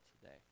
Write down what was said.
today